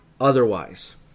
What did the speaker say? otherwise